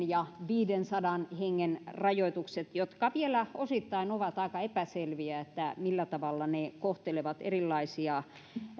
ja viidensadan hengen rajoituksista jotka vielä osittain ovat aika epäselviä millä tavalla ne kohtelevat erilaisia